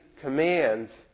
commands